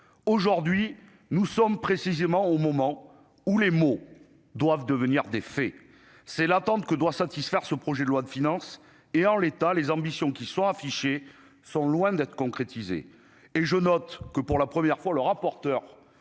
aujourd'hui nous sommes précisément au moment où les mots doivent devenir des faits, c'est l'attente que doit satisfaire ce projet de loi de finances et en l'état les ambitions qui sont affichés sont loin d'être concrétisé et je note que pour la première fois, le rapporteur